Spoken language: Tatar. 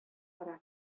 бара